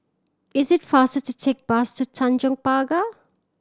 is it faster to take bus to Tanjong Pagar